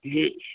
હમ